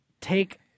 take